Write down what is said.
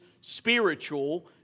spiritual